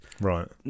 right